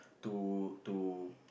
to